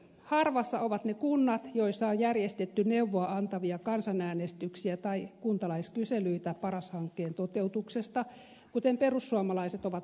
harvassa ovat ne kunnat joissa on järjestetty neuvoa antavia kansanäänestyksiä tai kuntalaiskyselyitä paras hankkeen toteutuksesta kuten perussuomalaiset ovat vaatineet